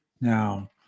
Now